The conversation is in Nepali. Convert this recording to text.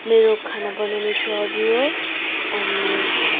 मेरो खाना बनाउने चाहिँ हबी हो अनि